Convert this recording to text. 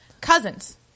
Cousins